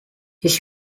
his